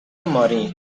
مارین